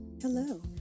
Hello